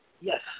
Yes